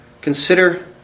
Consider